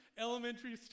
elementary